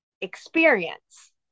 experience